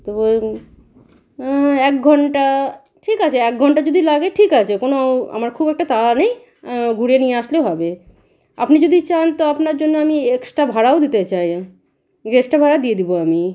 তো এক ঘণ্টা ঠিক আছে এক ঘণ্টা যদি লাগে ঠিক আছে কোনো আমার খুব একটা তাড়া নেই ঘুরিয়ে নিয়ে আসলেই হবে আপনি যদি চান তো আপনার জন্য আমি এক্সট্রা ভাড়াও দিতে চাই এক্সট্রা ভাড়া দিয়ে দেব আমি